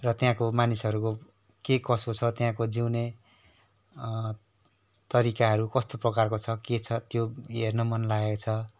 र त्यहाँको मानिसहरूको के कसो छ त्यहाँको जिउने तरिकाहरू कस्तो प्रकारको छ के छ त्यो हेर्न मन लागेको छ